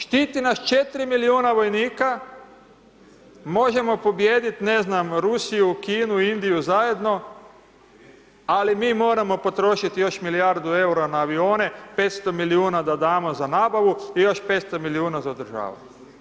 Štiti nas 4 milijuna vojnika, možemo pobijedit ne znam Rusiju, Kinu, Indiju zajedno, ali mi moramo potrošit još milijardu EUR-a na avione, 500 milijuna da damo za nabavu i još 500 milijuna za održavanje.